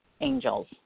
angels